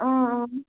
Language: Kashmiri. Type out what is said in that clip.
اۭں اۭں